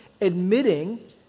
admitting